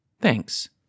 thanks